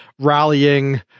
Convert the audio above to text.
rallying